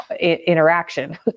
interaction